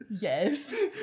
Yes